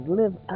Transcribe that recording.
live